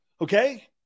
Okay